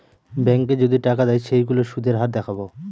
ব্যাঙ্কে যদি টাকা দেয় সেইগুলোর সুধের হার দেখাবো